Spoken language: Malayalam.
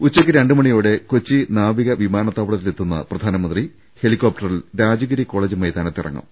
ഉച്ചയ്ക്ക് രണ്ടുമണിയോടെ കൊച്ചി നാവിക വിമാനത്താവള ത്തിലെത്തുന്ന പ്രധാനമന്ത്രി ഹെലികോപ്ടറിൽ രാജഗിരി കോളേജ് മൈതാനത്ത് ഇറങ്ങും